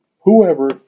Whoever